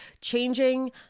changing